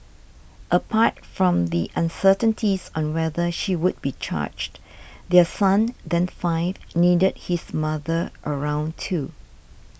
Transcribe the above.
apart from the uncertainties on whether she would be charged their son then five needed his mother around too